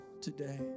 today